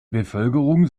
bevölkerung